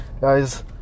Guys